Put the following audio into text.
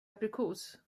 aprikos